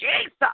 Jesus